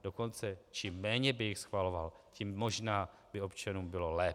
Dokonce čím méně by jich schvaloval, tím možná by občanům bylo lépe.